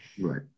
Right